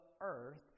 earth